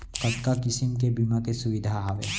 कतका किसिम के बीमा के सुविधा हावे?